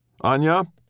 Anya